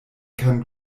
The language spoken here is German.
kann